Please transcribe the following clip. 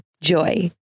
Joy